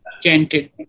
chanted